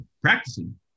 practicing